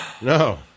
No